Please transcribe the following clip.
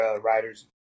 riders